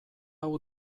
hau